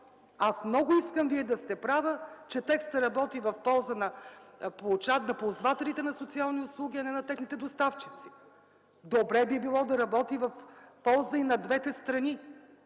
Аз много искам Вие да сте права, че текстът работи в полза на ползвателите на социални услуги, а не на техните доставчици. Добре би било да работи в полза и на двете страни.